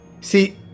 See